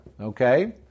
okay